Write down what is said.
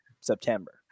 September